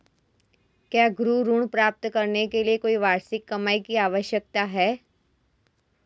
क्या गृह ऋण प्राप्त करने के लिए कोई वार्षिक कमाई की आवश्यकता है?